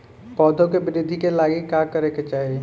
पौधों की वृद्धि के लागी का करे के चाहीं?